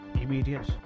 immediate